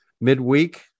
Midweek